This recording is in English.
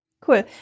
Cool